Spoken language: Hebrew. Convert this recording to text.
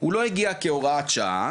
הוא לא הגיע כהוראת שעה,